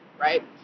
right